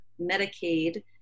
Medicaid